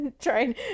trying